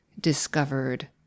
discovered